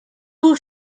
will